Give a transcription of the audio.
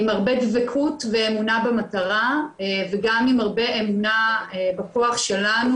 עם הרבה דבקות ואמונה במטרה וגם עם הרבה אמונה בכוח שלנו